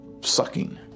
sucking